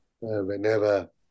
whenever